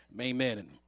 Amen